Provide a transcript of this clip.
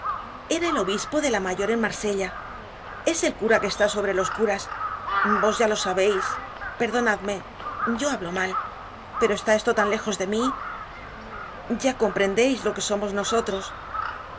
era el obispo de la mayor en marsella es el cura que está sobre los curas vos ya lo sabeis perdonadme yo hablo mal pero está esto tan lejos de mí ya comprendeis lo que somos nosotros el